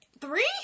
Three